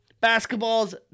Basketball's